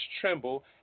tremble